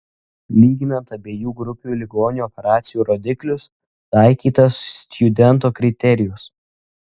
lyginant abiejų grupių ligonių operacijų rodiklius taikytas stjudento kriterijus